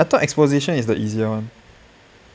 I thought exposition is the easier one